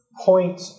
point